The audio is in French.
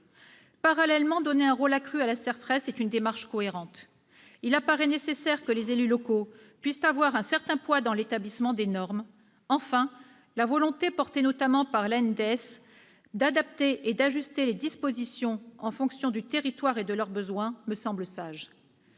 Parallèlement, donner un rôle accru à la CERFRES est une démarche cohérente. Il apparaît nécessaire que les élus locaux puissent avoir un certain poids dans l'établissement des normes. La volonté, portée notamment par l'ANDES, d'adapter et d'ajuster les dispositions en fonction du territoire et de leur besoin me semble sage.